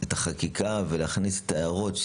את החקיקה ולהכניס את ההערות.